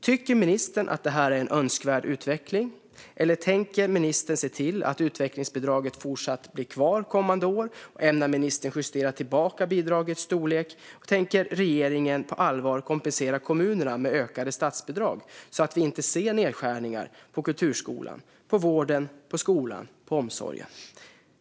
Tycker ministern att detta är en önskvärd utveckling, eller tänker ministern se till att utvecklingsbidraget fortsatt blir kvar kommande år? Ämnar ministern justera tillbaka bidragets storlek? Tänker regeringen på allvar kompensera kommunerna med ökade statsbidrag, så att vi inte ser nedskärningar på kulturskolan, på vården, på skolan och på omsorgen?